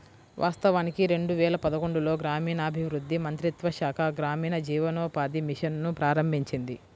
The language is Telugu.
వాస్తవానికి రెండు వేల పదకొండులో గ్రామీణాభివృద్ధి మంత్రిత్వ శాఖ గ్రామీణ జీవనోపాధి మిషన్ ను ప్రారంభించింది